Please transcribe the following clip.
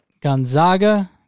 Gonzaga